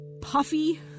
puffy-